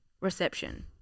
reception